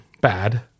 bad –